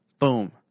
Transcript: boom